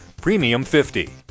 Premium50